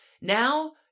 now